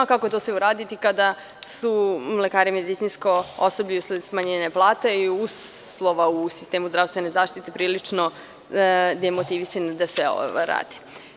A kako to sve uraditi, kada su lekari i medicinsko osoblje, usled smanjenja plata i uslova u sistemu zdravstvene zaštite, prilično demotivisani da sve ovo rade?